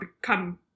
become